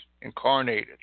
Incarnated